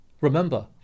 Remember